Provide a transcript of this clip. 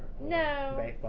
No